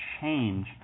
change